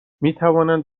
میتوانند